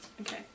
okay